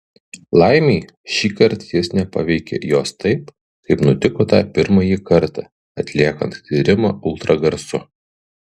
laimei šįkart jis nepaveikė jos taip kaip nutiko tą pirmąjį kartą atliekant tyrimą ultragarsu